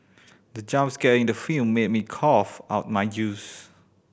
the jump scare in the film made me cough out my juice